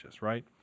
right